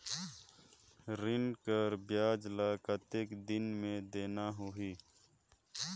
ऋण कर ब्याज ला कतेक दिन मे देना होही?